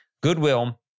Goodwill